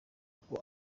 kuko